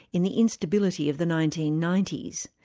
in the instability of the nineteen ninety s,